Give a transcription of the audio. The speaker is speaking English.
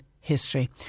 history